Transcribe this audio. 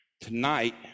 Tonight